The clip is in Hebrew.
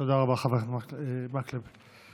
תודה רבה, חבר הכנסת מקלב.